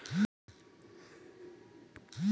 कोनो कोनो किसम के सूत ह बिकट के पोठ घलो रहिथे